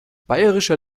bayerischer